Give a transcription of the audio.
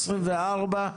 24,